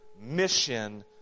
mission